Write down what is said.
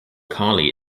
carley